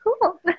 cool